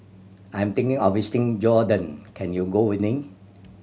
I'm thinking of visiting Jordan can you go with me